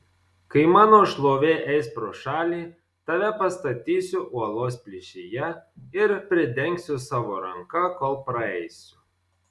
kai mano šlovė eis pro šalį tave pastatysiu uolos plyšyje ir pridengsiu savo ranka kol praeisiu